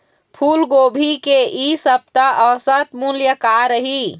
फूलगोभी के इ सप्ता औसत मूल्य का रही?